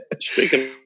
Speaking